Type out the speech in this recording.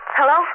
Hello